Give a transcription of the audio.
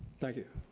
thank you.